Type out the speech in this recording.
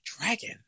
Dragon